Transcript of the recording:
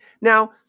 Now